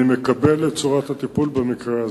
אני מקבל את צורת הטיפול במקרה הזה.